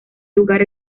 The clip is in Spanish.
lugar